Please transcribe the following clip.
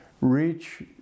reach